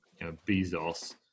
Bezos